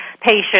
patient